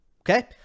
Okay